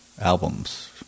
albums